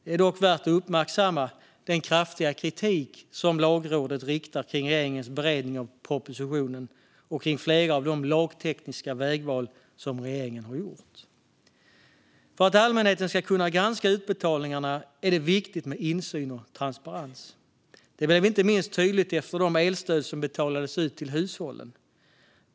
Det är dock värt att uppmärksamma den kraftiga kritik som Lagrådet riktar mot regeringens beredning av propositionen och mot flera av de lagtekniska vägval som regeringen har gjort. För att allmänheten ska kunna granska utbetalningarna är det viktigt med insyn och transparens; det blev inte minst tydligt efter de elstöd som betalades ut till hushållen.